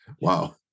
Wow